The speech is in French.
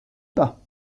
pas